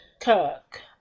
Kirk